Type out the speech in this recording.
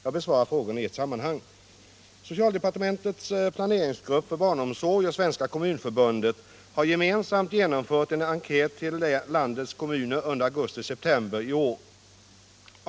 Jag besvarar frågorna i ett sammanhang. Socialdepartementets planeringsgrupp för barnomsorg och Svenska kommunförbundet har gemensamt genomfört en enkät till landets kommuner under augusti-september i år.